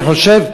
אני חושב,